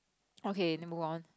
okay then move on